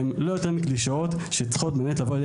הם לא יותר מקלישאות שצריכות לבוא לידי